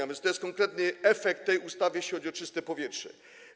A więc to jest konkretny efekt tej ustawy, jeśli chodzi o czyste powietrze.